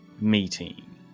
meeting